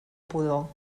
pudor